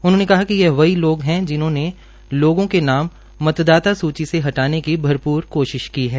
उन्होंने कहा कि यह वही लोग है जिन्होंने लोगों के नाम मतदाता सूची से हटाने की भरप्र कोशिश की है